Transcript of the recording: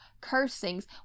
cursings